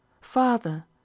father